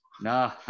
No